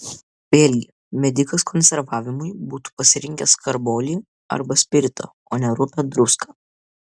vėlgi medikas konservavimui būtų pasirinkęs karbolį arba spiritą o ne rupią druską